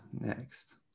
Next